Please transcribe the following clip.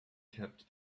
kept